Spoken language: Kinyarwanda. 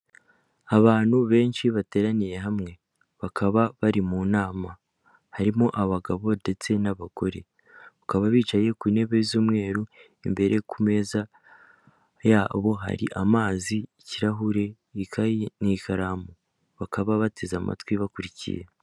Abantu benshi bateraniye hamwe, bakaba bari mu nama, harimo abagabo ndetse n'abagore, bakaba bicaye ku ntebe z'umweru, imbere ku meza yabo hari amazi, ikirahuri, ikayi n'ikaramu, bakaba bateze amatwi bakurikiye.